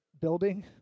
building